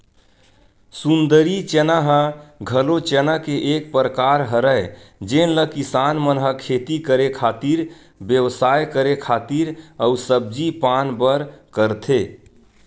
सुंदरी चना ह घलो चना के एक परकार हरय जेन ल किसान मन ह खेती करे खातिर, बेवसाय करे खातिर अउ सब्जी पान बर करथे